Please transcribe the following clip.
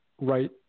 right